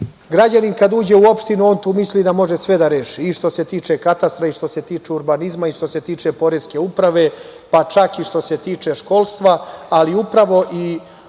građanin kada uđe u opštinu on tu misli da može sve da reši i što se tiče katastra i što se tiče urbanizma i što se tiče poreske uprave, pa čak i što se tiče školstva. Upravo i